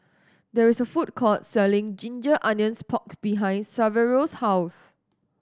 there is a food court selling ginger onions pork behind Saverio's house